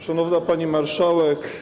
Szanowna Pani Marszałek!